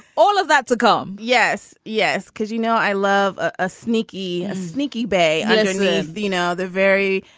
all of that to come yes. yes. because, you know, i love a sneaky, sneaky bay you know, they're very,